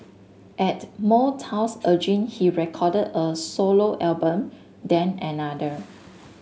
at Motown's urging he recorded a solo album then another